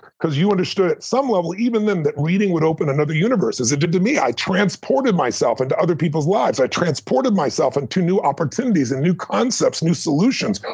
because you understood at some level, even then, that reading would open another universe as it did to me. i transported myself into other people's lives. i transported myself into new opportunities and new concepts, new solutions.